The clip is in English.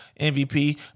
MVP